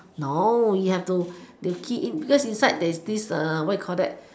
no you have you have to key cause inside there's this what do you call that